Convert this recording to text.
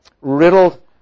riddled